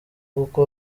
kuko